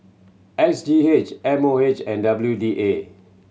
S G X M O H and W D A